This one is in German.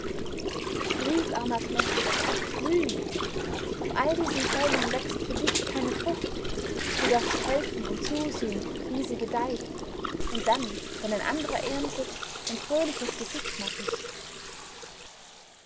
pflüg armer knecht pflüg auf all diesen feldern wächst für dich keine frucht du darfst helfen und zusehen wie sie gedeiht und dann wenn ein andrer erntet ein fröhliches gesicht machen